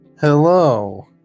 Hello